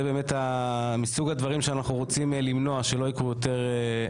זה באמת מסוג הדברים שאנחנו רוצים למנוע שלא יקרו לילדים.